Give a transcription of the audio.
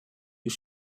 you